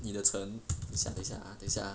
你的陈等一下等一下等一下 ha